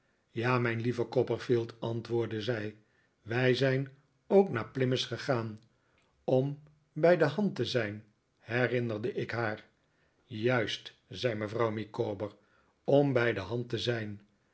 ja mijn lieve copperfield antwoordde zij wij zijn ook naar plymouth gegaan om bij de hand te zijn herinnerde ik haar juist zei mevrouw micawber om bij de hand te zijn